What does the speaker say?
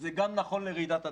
זה גם נכון לרעידת אדמה.